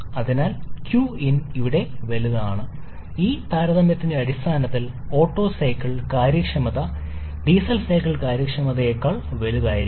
അതിനാൽ ക്വിൻ ഇതിന് വലുതാണ് അവിടെ നിന്ന് നമുക്ക് എളുപ്പത്തിൽ പറയാൻ കഴിയും ഈ താരതമ്യത്തിന്റെ അടിസ്ഥാനത്തിൽ ഓട്ടോ സൈക്കിൾ കാര്യക്ഷമത ഡീസൽ സൈക്കിൾ കാര്യക്ഷമതയേക്കാൾ വലുതായിരിക്കും